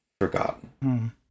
forgotten